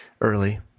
Early